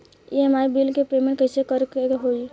EMI bill के payment कइसे करे के होई?